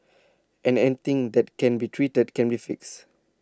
and anything that can be treated can be fixed